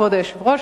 כבוד היושב-ראש,